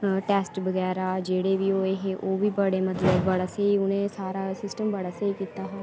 test बगैरा जेह्ड़े बी होए हे ओह् बी बड़े मतलब बड़ा स्हेई उ'नें सारा सिस्टम बड़ा स्हेई कीता हा